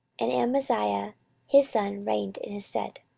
and amaziah his son reigned in his stead.